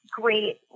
great